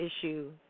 issue